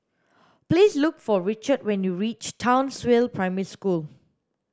please look for Richard when you reach Townsville Primary School